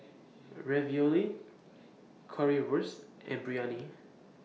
Ravioli Currywurst and Biryani